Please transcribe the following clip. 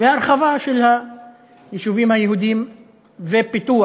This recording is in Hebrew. והרחבה של היישובים היהודיים ופיתוח